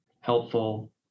helpful